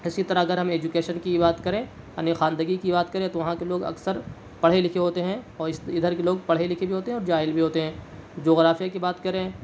اسی طرح اگر ہم ایجوکیشن کی بھی بات کریں یعنی خواندگی کی بات کریں تو وہاں کے لوگ اکثر پڑھے لکھے ہوتے ہیں اور اس ادھر کے لوگ پڑھے لکھے بھی ہوتے ہیں اور جاہل بھی ہوتے ہیں جغرافیہ کی بات کریں